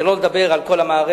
שלא לדבר על כל המערכת,